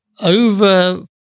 over